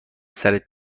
سرت